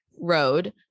road